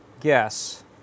guess